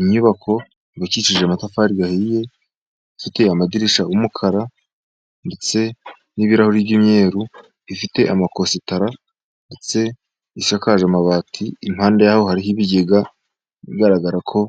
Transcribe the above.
Inyubako yubakishije amatafari ahiye, ifite amadirishya y'umukara ndetse n'ibirahuri by'imyeru. Ifite amakositara ndetse isakaje amabati, impande yaho hariho ibigega bigaragara ko